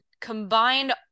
combined